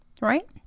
right